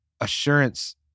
assurance